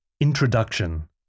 Introduction